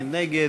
מי נגד?